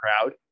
crowd